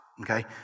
okay